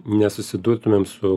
nesusidurtumėm su